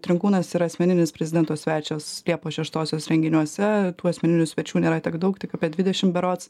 trinkūnas ir asmeninis prezidento svečias liepos šeštosios renginiuose tų asmeninių svečių nėra tiek daug tik apie dvidešimt berods